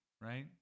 Right